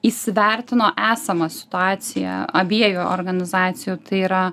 įsivertino esamą situaciją abiejų organizacijų tai yra